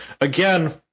again